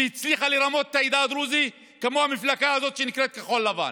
שהצליחה לרמות את העדה הדרוזית כמו המפלגה הזאת שנקראת כחול לבן.